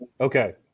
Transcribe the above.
okay